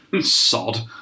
Sod